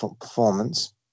performance